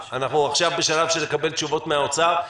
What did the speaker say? אנחנו עכשיו בשלב של קבלת תשובות ממשרד האוצר.